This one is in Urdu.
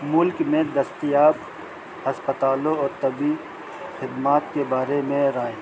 ملک میں دستیاب ہسپتالوں اور طبی خدمات کے بارے میں رائیں